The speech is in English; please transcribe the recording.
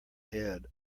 head